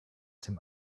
dem